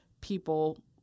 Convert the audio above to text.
people